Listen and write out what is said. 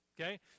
Okay